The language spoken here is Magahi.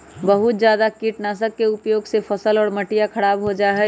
बहुत जादा कीटनाशक के उपयोग से फसल और मटिया खराब हो जाहई